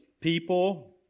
people